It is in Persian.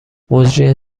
مجری